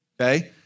Okay